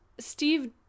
Steve